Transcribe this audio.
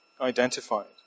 identified